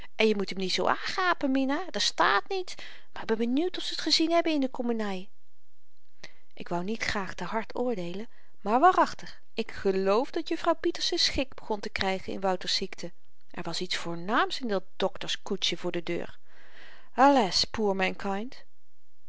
en je moet hem niet zoo aangapen mina dat staat niet maar ik ben benieuwd of ze t gezien hebben in de komeny ik wou niet graag te hard oordeelen maar waarachtig ik geloof dat jufvrouw pieterse schik begon te krygen in wouter's ziekte er was iets voornaams in dat dokters koetsje voor de deur